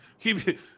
Keep